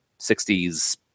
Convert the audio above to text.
60s